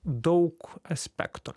daug aspektų